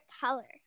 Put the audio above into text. color